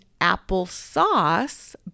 applesauce